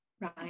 right